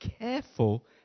careful